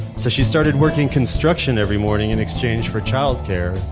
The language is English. so she started working construction every morning in exchange for childcare,